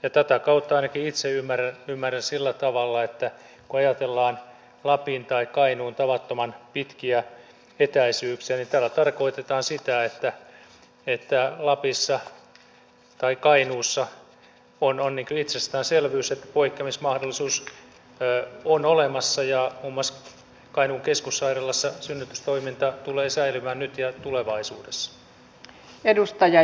ja tätä kautta ainakin itse ymmärrän sillä tavalla kun ajatellaan lapin tai kainuun tavattoman pitkiä etäisyyksiä että tällä tarkoitetaan sitä että lapissa tai kainuussa on niin kuin itsestäänselvyys että poikkeamismahdollisuus on olemassa ja muun muassa kainuun keskussairaalassa synnytystoiminta tulee säilymään nyt ja tulevaisuudessa